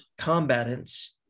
combatants